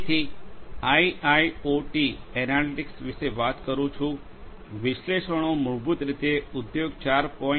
તેથી IIoT analytics વિશે વાત કરું કે વિશ્લેષણો મૂળભૂત રીતે ઉદ્યોગ 4